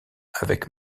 avec